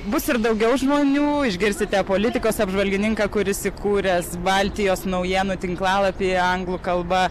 bus ir daugiau žmonių išgirsite politikos apžvalgininką kuris įkūręs baltijos naujienų tinklalapį anglų kalba